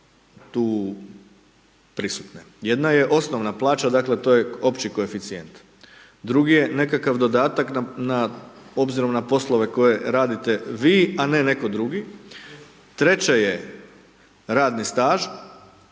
tu prisutne. Jedna je, osnovna plaća, dakle, to je opći koeficijent. Drugi je, nekakav dodatak na, obzirom na poslove koje radite vi, a netko drugi. Treće je, radni staž